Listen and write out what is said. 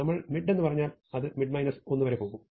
നമ്മൾ മിഡ് എന്ന് പറഞ്ഞാൽ അത് മിഡ് 1 വരെ പോകും